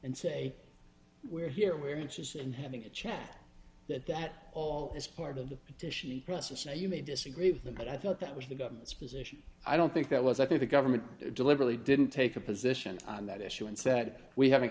say we're here we're interested in having a chat that that all is part of the petition process and you may disagree with them but i thought that was the government's position i don't think that was i think the government deliberately didn't take a position on that issue and said we haven't